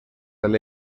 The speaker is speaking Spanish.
del